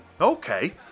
Okay